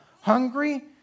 hungry